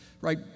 right